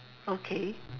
okay